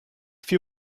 few